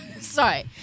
Sorry